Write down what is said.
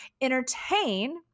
Entertain